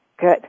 Good